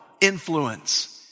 influence